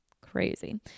crazy